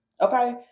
Okay